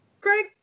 Greg